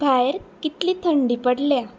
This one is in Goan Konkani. भायर कितली थंडी पडल्या